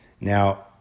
Now